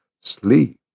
sleep